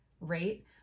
rate